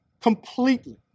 Completely